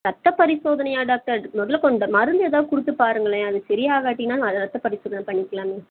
ரத்தப் பரிசோதனையா டாக்டர் முதல்ல கொ இந்த மருந்து ஏதாவது கொடுத்து பாருங்களேன் அது சரி ஆகாட்டின்னால் ரத்தப் பரிசோதனை பண்ணிக்கலாமே